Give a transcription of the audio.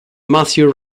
matthew